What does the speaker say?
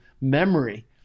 memory